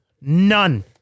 None